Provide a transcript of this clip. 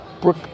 Brooke